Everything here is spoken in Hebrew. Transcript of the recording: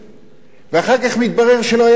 ואחר כך מתברר שלא היה כלום.